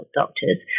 doctors